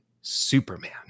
Superman